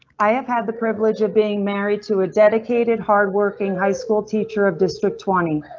i have had the privilege of being married to a dedicated, hardworking high school teacher of district twenty.